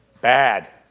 bad